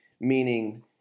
Meaning